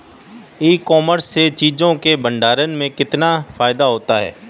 ई commerce में चीज़ों के भंडारण में कितना फायदा होता है?